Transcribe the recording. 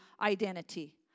identity